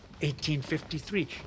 1853